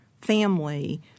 family